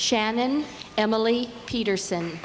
shannon emily peterson